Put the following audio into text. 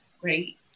great